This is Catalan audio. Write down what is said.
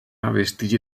vestigi